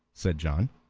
said john.